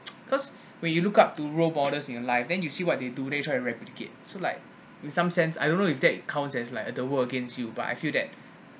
because when you look up to role models in your life then you see what they do then you try to replicate so like in some sense I don't know if that counts as like the world against you but I feel that